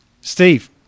Steve